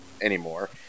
anymore